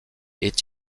est